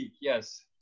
Yes